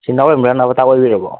ꯑꯣꯏꯕꯤꯔꯕꯣ